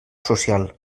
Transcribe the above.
social